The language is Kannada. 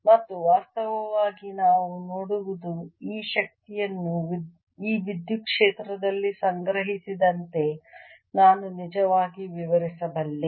ಮತ್ತು ವಾಸ್ತವವಾಗಿ ನಾವು ನೋಡುವುದು ಈ ಶಕ್ತಿಯನ್ನು ಈ ವಿದ್ಯುತ್ ಕ್ಷೇತ್ರದಲ್ಲಿ ಸಂಗ್ರಹಿಸಿದಂತೆ ನಾನು ನಿಜವಾಗಿ ವಿವರಿಸಬಲ್ಲೆ